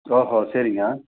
ஓஹோ சரிங்க